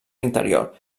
interior